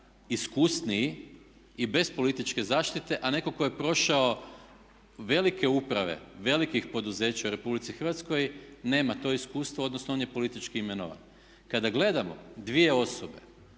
iskusniji i bez političke zaštite, a netko tko je prošao velike uprave velikih poduzeća u Republici Hrvatskoj nema to iskustvo, odnosno on je politički imenovan. Kada gledamo dvije osobe